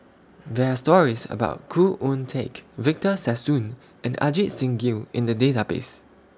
There Are stories about Khoo Oon Teik Victor Sassoon and Ajit Singh Gill in The Database